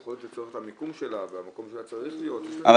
זה יכול להיות --- המיקום שלו והמקום שהיה צריך להיות -- אבל